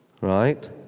right